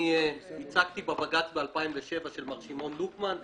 ייצגתי בבג"ץ ב-2007 של מר שמעון בוקמן,